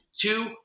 Two